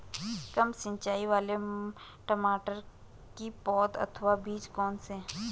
कम सिंचाई वाले टमाटर की पौध अथवा बीज कौन से हैं?